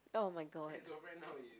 oh-my-god